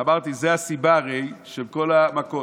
ואמרתי: זאת הרי הסיבה של כל המכות,